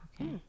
Okay